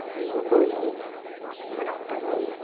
जी बोलिए good afternoon